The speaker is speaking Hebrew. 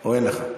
או אין לך?